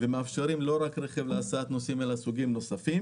ומאפשרים לא רק רכב להסעת נוסעים אלא גם סוגים נוספים.